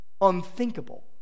Unthinkable